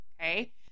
okay